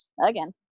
again